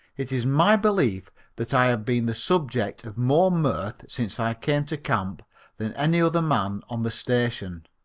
it is my belief that i have been the subject of more mirth since i came to camp than any other man on the station.